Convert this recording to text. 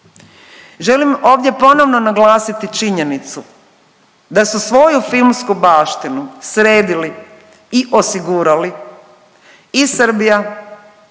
Želim ovdje ponovno naglasiti činjenicu da su svoju filmsku baštinu sredili i osigurali i Srbija